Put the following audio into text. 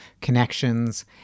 connections